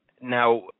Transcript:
Now